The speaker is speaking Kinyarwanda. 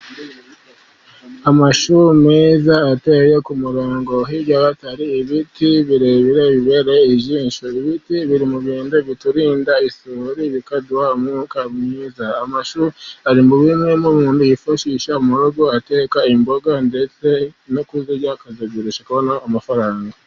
Amashu meza ateye ku murongo, hirya gato hari ibiti birebire bibereye ijisho. Ibiti biri mu bintu biturinda isuri bikaduha umwuka mwiza. Amashu ari muri bimwe umuntu yifashisha mu rugo ateka imboga, ndetse no kuzirya, akazigurisha akabona amafaranga.